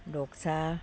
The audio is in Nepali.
ढोग्छ